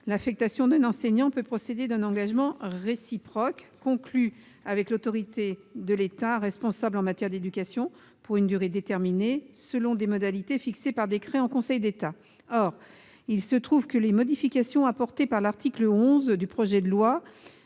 l'affectation d'un enseignant pourrait procéder d'un engagement réciproque conclu avec l'autorité de l'État responsable en matière d'éducation pour une durée déterminée, selon des modalités fixées par décret en Conseil d'État. Or les modifications apportées par l'article 11 du projet de loi